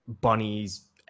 bunnies